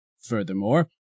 Furthermore